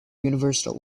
universal